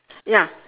ya